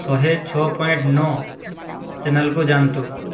ଶହେ ଛଅ ପଏଣ୍ଟ୍ ନଅ ଚ୍ୟାନେଲ୍କୁ ଯାଆନ୍ତୁ